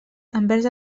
envers